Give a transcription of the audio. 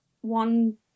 one